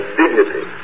dignity